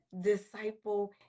disciple